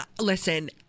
listen